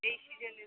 এই সিজেনের